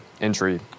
Injury